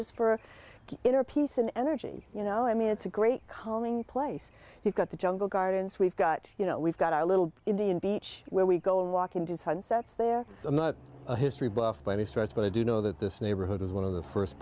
just for inner peace and energy you know i mean it's a great calling place he's got the jungle gardens we've got you know we've got our little indian beach where we go and walk into sunsets there i'm not a history buff by any stretch but i do know that this neighborhood is one of the first